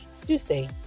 Tuesday